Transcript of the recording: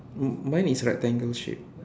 m~ mine is rectangle shape